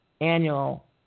annual